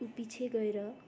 पछि गएर